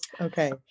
Okay